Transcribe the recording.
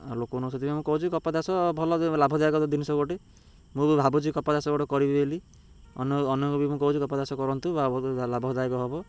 ଆଉ ଲୋକମାନଙ୍କୁ ସେଥିପାଇଁ ମୁଁ କହୁଛି କପା ଚାଷ ଭଲ ଲାଭଦାୟକ ଜିନିଷ ଗୋଟେ ମୁଁ ବି ଭାବୁଛି କପାଚାଷ ଗୋଟେ କରିବି ବୋଲି ଅନ୍ୟ ଅନ୍ୟକୁ ବି ମୁଁ କହୁଛି କପାଚାଷ କରନ୍ତୁ ଲାଭଦାୟକ ହବ